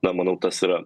na manau tas yra